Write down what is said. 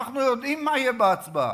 אנחנו יודעים מה יהיה בהצבעה.